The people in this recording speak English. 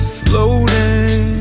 floating